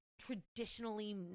Traditionally